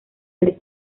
del